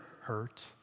hurt